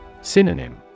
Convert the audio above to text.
Synonym